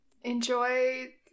Enjoy